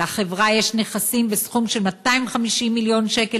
לחברה יש נכסים בסכום של 250 מיליון שקל